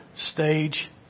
stage